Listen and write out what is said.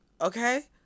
okay